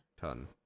ton